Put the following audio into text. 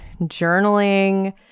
journaling